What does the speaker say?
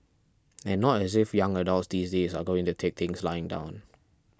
and not as if young adults these days are going to take things lying down